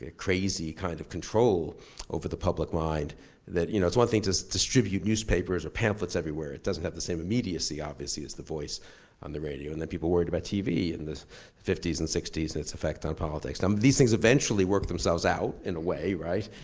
crazy kind of control over the public mind that, you know it's one thing to distribute newspapers or pamphlets everywhere, it doesn't have the same immediacy obviously as the voice on the radio. and then people worried about tv in the fifty s and sixty s and its effect on politics. now um these things eventually work themselves out, in a way, right?